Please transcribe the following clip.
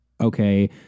okay